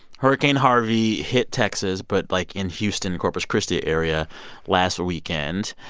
hurricane harvey hit texas but like, in houston, corpus christi area last weekend.